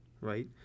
right